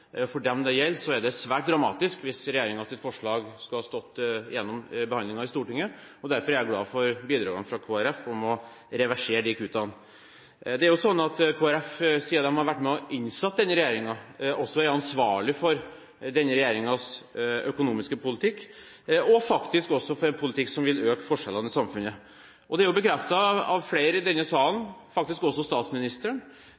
For dem det gjelder, ville det vært svært dramatisk hvis regjeringens forslag skulle ha stått gjennom behandlingen i Stortinget. Derfor er jeg glad for Kristelig Folkepartis bidrag til å reversere disse kuttene. Siden Kristelig Folkeparti har vært med på å innsette denne regjeringen, er de også ansvarlige for denne regjeringens økonomiske politikk – og for en politikk som vil øke forskjellene i samfunnet. Det er blitt bekreftet av flere i denne